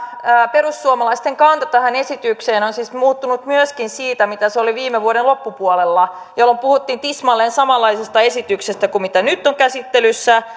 perussuomalaisten kanta tähän esitykseen on on siis muuttunut myöskin siitä mitä se oli viime vuoden loppupuolella jolloin puhuttiin tismalleen samanlaisesta esityksestä kuin mitä nyt on käsittelyssä